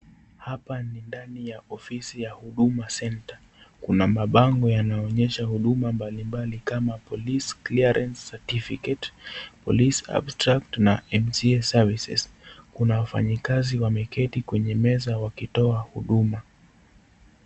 Hapa ni ndani ya ofisi ya Huduma Centre . Kuna mabango yanaonyesha huduma mbalimbali kama police clearance certificate , police abstract na mca services . Kuna wafanyikazi wameketi kwenye meza wakitoa huduma.